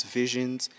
visions